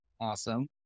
Awesome